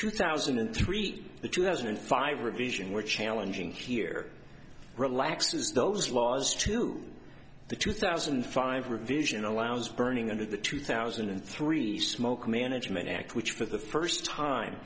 two thousand and three the two thousand and five revision we're challenging here relaxes those laws to the two thousand and five revision allows burning under the two thousand and three smoke management act which for the first time